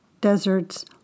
Desert's